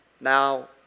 Now